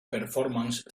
performance